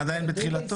הדיון עדיין בתחילתו.